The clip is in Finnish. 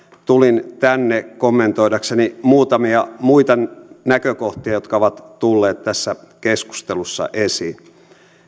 tulin tänne kommentoidakseni muutamia muita näkökohtia jotka ovat tulleet tässä keskustelussa esiin